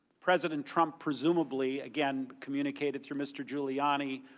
president trump, presumably, again communicated through mr. giuliani,